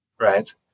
right